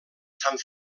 sant